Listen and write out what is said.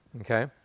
Okay